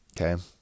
Okay